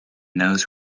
knows